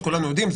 כולנו יודעים.